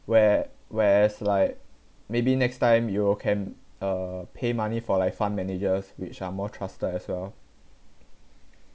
where whereas like maybe next time you all can uh pay money for like fund managers which are more trusted as well